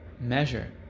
measure